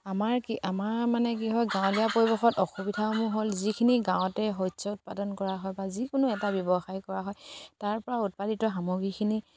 আমাৰ কি আমাৰ মানে কি হয় গাঁৱলীয়া পৰিৱেশত অসুবিধাসমূহ হ'ল যিখিনি গাঁৱতে শস্য উৎপাদন কৰা হয় বা যিকোনো এটা ব্যৱসায় কৰা হয় তাৰপৰা উৎপাদিত সামগ্ৰীখিনি